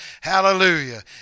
Hallelujah